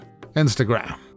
Instagram